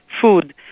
food